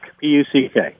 P-U-C-K